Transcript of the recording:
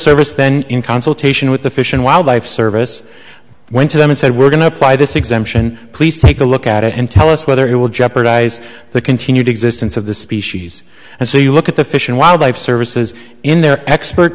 service then in consultation with the fish and wildlife service went to them and said we're going to apply this exemption please take a look at it and tell us whether it will jeopardize the continued existence of the species and so you look at the fish and wildlife services in their expert